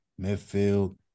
midfield